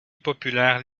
populaire